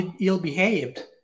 ill-behaved